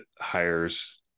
hires